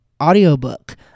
Audiobook